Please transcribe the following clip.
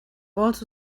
also